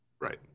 Right